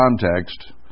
context